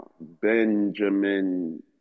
Benjamin